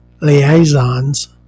Liaisons